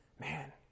Man